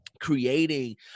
creating